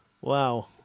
wow